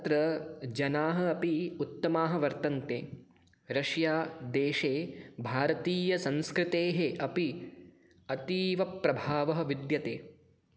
तत्र जनाः अपि उत्तमाः वर्तन्ते रशियादेशे भारतीयसंस्कृतेः अपि अतीवप्रभावः विद्यते